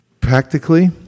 Practically